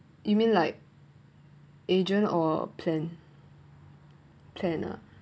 you mean like agent or plan plan ah